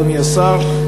אדוני השר,